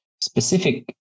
specific